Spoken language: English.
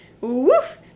Woof